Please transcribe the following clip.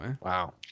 Wow